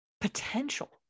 potential